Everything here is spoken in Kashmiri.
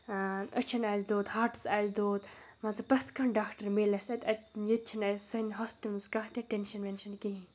أچھَن آسہِ دود ہاٹَس آسہِ دود مان ژٕ پرٛٮ۪تھ کانٛہہ ڈاکٹر میلہِ اَسہِ اَتہِ اَتہِ ییٚتہِ چھِنہٕ اَسہِ سانہِ ہاسپِٹَلَس کانٛہہ تہِ ٹٮ۪نشَن وٮ۪نشَن کِہیٖنۍ